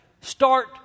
start